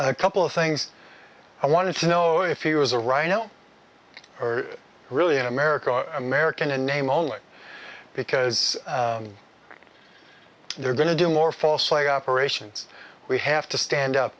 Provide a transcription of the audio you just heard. a couple of things i wanted to know if you as a rhino or really in america or american in name only because they're going to do more false flag operations we have to stand up